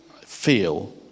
feel